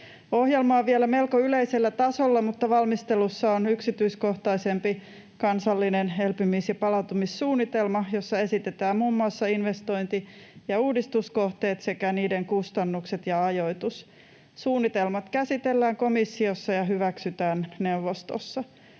Ohjelma on vielä melko yleisellä tasolla, mutta valmistelussa on yksityiskohtaisempi kansallinen elpymis- ja palautumissuunnitelma, jossa esitetään muun muassa investointi- ja uudistuskohteet sekä niiden kustannukset ja ajoitus. Suunnitelmat käsitellään komissiossa ja hyväksytään neuvostossa.